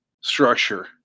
structure